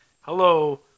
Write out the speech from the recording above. Hello